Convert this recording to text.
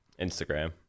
instagram